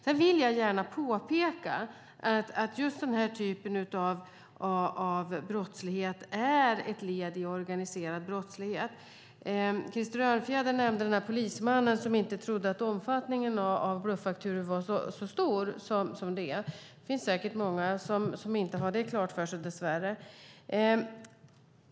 Jag vill gärna påpeka att just den här typen av brottslighet är ett led i organiserad brottslighet. Krister Örnfjäder nämnde den polisman som inte trodde att omfattningen av bluffakturor var så stor som den är. Det finns säkert många som dess värre inte har det klart för sig.